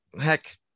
heck